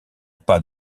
pas